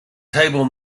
table